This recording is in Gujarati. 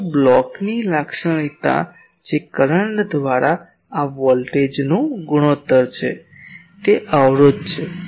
પરંતુ બ્લોકની લાક્ષણિકતા જે કરંટ દ્વારા આ વોલ્ટેજનું ગુણોત્તર છે તે અવરોધ છે